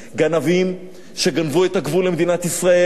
גנבים שגנבו את הגבול למדינת ישראל,